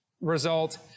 result